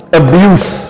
abuse